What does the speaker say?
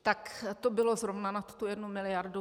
Tak to bylo zrovna nad tu jednu miliardu.